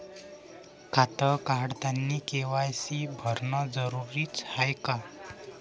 खातं काढतानी के.वाय.सी भरनं जरुरीच हाय का?